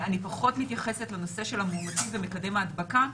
אני פחות מתייחסת לנושא של המאומתים ושל מקדם ההדבקה,